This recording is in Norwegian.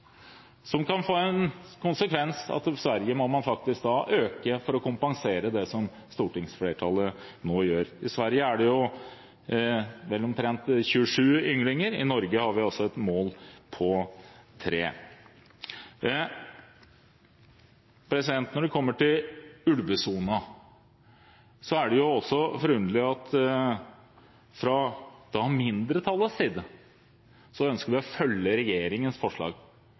konsekvens at i Sverige må man øke for å kompensere det stortingsflertallet nå gjør. I Sverige er det vel omtrent 27 ynglinger, i Norge har vi altså et mål om 3. Når det kommer til ulvesonen, er det forunderlig at vi fra mindretallets side ønsker å følge regjeringens forslag,